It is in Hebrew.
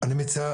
אני מציע,